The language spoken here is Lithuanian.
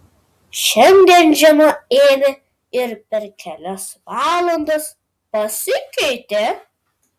šiandien žiema ėmė ir per kelias valandas pasikeitė